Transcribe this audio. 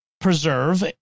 preserve